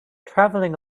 traveling